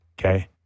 okay